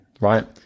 right